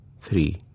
three